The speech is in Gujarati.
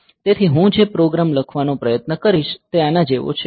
તેથી હું જે પ્રોગ્રામ લખવાનો પ્રયત્ન કરીશ તે આના જેવો છે